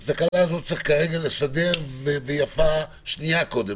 את התקלה הזאת צריך לסדר ויפה שנייה קודם.